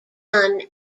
done